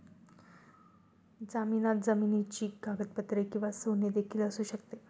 जामिनात जमिनीची कागदपत्रे किंवा सोने देखील असू शकते